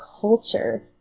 culture